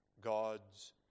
God's